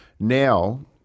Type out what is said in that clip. Now